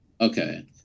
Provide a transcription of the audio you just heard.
Okay